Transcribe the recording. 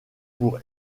pour